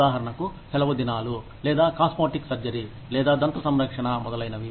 ఉదాహరణకు సెలవు దినాలు లేదా కాస్మోటిక్ సర్జరీ లేదా దంత సంరక్షణ మొదలైనవి